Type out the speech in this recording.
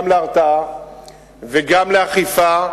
גם להרתעה וגם לאכיפה,